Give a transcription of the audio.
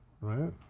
Right